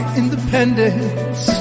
independence